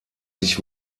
sich